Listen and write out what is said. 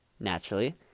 naturally